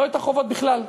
לא את החובות בכלל.